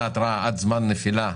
עד נפילת